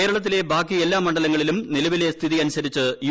കേര ളത്തിലെ ബാക്കി എല്ലാ മണ്ഡലങ്ങളിലും നിലവിലെ സ്ഥിതി അനുസ രിച്ച് യു